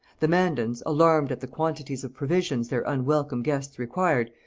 the mandans, alarmed at the quantities of provisions their unwelcome guests required,